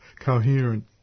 coherent